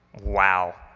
wow.